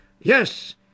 Yes